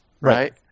right